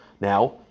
now